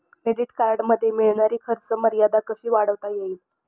Credit कार्डमध्ये मिळणारी खर्च मर्यादा कशी वाढवता येईल?